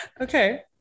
Okay